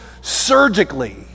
surgically